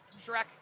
Shrek